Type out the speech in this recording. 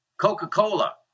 Coca-Cola